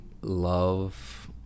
love